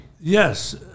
Yes